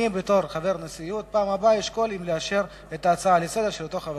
אני בתור חבר נשיאות בפעם הבאה אשקול אם לאשר את ההצעה לסדר-היום